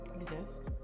Exist